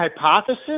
hypothesis